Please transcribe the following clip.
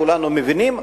כולנו מבינים,